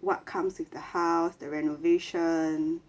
what comes with the house the renovation